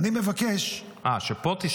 אני מבקש -- אה, שגם פה תיסגר.